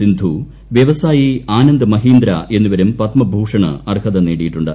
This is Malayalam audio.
സിന്ധു വ്യവസായി ആനന്ദ് മഹിച്ച്രൻ എന്നിവരും പത്മഭൂഷണ് അർഹത നേടിയിട്ടുണ്ട്